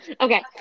Okay